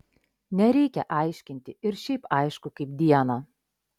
nereikia aiškinti ir šiaip aišku kaip dieną